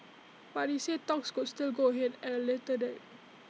but he said talks could still go ahead at A later date